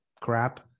crap